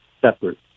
separate